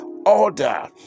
Order